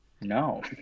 no